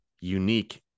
unique